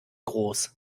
groß